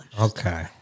Okay